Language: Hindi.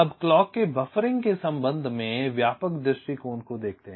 अब क्लॉक के बफ़रिंग के संबंध में व्यापक दृष्टिकोण को देखते हैं